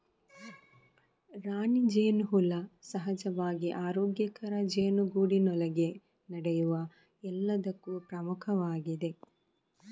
ರಾಣಿ ಜೇನುಹುಳ ಸಹಜವಾಗಿ ಆರೋಗ್ಯಕರ ಜೇನುಗೂಡಿನೊಳಗೆ ನಡೆಯುವ ಎಲ್ಲದಕ್ಕೂ ಪ್ರಮುಖವಾಗಿದೆ